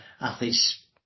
athletes